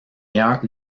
meilleure